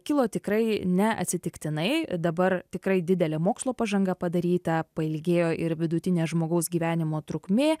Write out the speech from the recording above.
kilo tikrai ne atsitiktinai dabar tikrai didelė mokslo pažanga padaryta pailgėjo ir vidutinė žmogaus gyvenimo trukmė